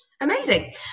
Amazing